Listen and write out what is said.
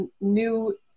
new